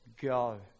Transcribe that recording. go